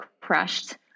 crushed